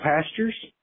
pastures